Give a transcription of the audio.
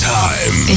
time